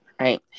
right